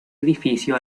edificio